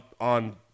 on